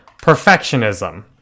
perfectionism